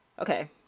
Okay